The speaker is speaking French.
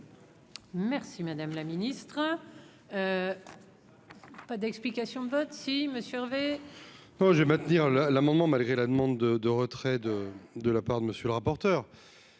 Merci madame la ministre, pas d'explication de vote si Monsieur Hervé. Oh, je vais maintenir la l'amendement malgré la demande de retrait de de la part de monsieur le rapporteur,